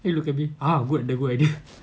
then he look at me ah good idea good idea